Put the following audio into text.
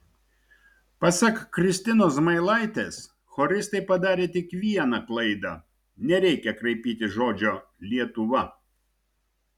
pasak kristinos zmailaitės choristai padarė tik vieną klaidą nereikia kraipyti žodžio lietuva